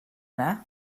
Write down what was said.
yna